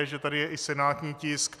Že tady je i senátní tisk.